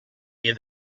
near